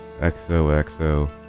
XOXO